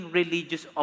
religious